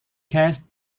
cast